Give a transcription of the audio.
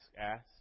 Ask